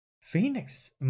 Phoenix